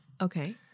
Okay